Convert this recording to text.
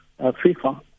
FIFA